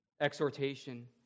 exhortation